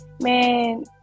man